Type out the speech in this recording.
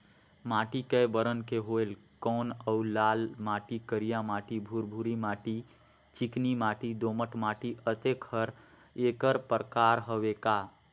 माटी कये बरन के होयल कौन अउ लाल माटी, करिया माटी, भुरभुरी माटी, चिकनी माटी, दोमट माटी, अतेक हर एकर प्रकार हवे का?